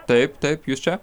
taip taip jūs čia